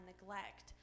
neglect